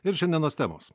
ir šiandienos temos